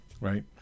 right